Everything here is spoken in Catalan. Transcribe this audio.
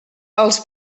els